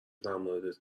درموردت